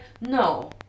no